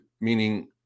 meaning